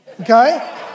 okay